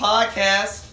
Podcast